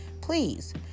please